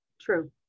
True